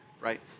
right